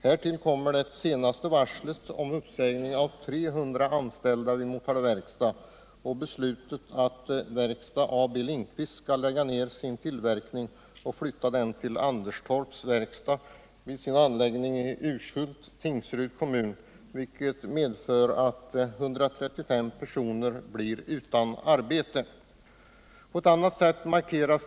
Härtill kommer det senaste varslet om uppsägning av 300 anställda vid Motala Verkstad och beslutet att Verkstads AB Lindqvist skall lägga ned sin tillverkning och flytta den till Anderstorps Werkstads AB:s anläggning i Urshult, Tingsryds kommun. Härigenom blir ytterligare 135 personer utan arbete.